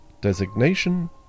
Designation